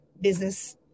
business